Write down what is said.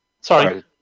Sorry